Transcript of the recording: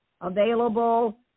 available